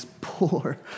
poor